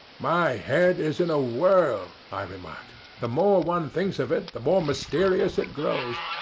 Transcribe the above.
my head is in a whirl, i remarked the more one thinks of it the more mysterious it grows.